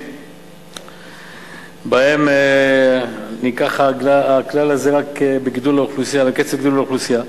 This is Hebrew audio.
שבהן נלקח הכלל הזה רק מקצב גידול האוכלוסייה.